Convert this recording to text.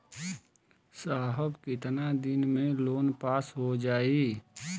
साहब कितना दिन में लोन पास हो जाई?